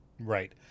Right